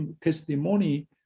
testimony